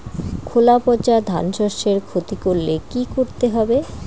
খোলা পচা ধানশস্যের ক্ষতি করলে কি করতে হবে?